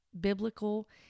biblical